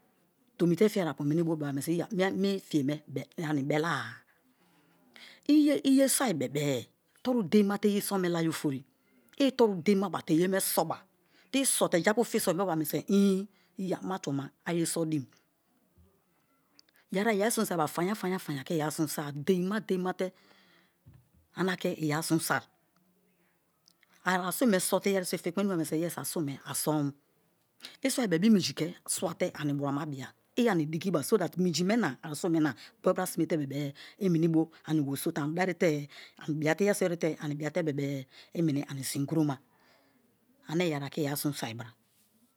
To te fiye apu meni bõ beba mie so eya mi fiye me ani bela-a i̱ ye soi bebe-e toru dien ma te ye some laye ofori i toru deinaa ba te ye me soba i sõte japu fiso i̱ beba i̱i̱ ma tuboma aye so din ye a iyarusun soi bebe-e a̱ fonya fonya ke i̱ arusun so-a dienma deima te̱ aneke i arusun soi̱ a̱ arusun me sote̱ iyeri so nimiwa mine-so arusun me asom. I swa i bebe-e i minji ke swate ani dwama bia i̱ ani diki ba so̱ that minji me na arusun me na gboru bra sime te bebe-e i meni bo ani weriso te ani dari te-e ani biate iyeriso erite ani bia te bebe-e i meni ani sin kuro ma ane yeri a̱ ke i̱ arusun soi bra.